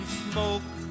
smoke